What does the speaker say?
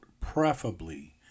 preferably